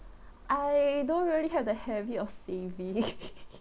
I don't really have the habit of saving